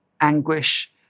anguish